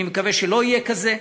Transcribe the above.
אני מקווה שלא יהיה כזה,